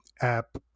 app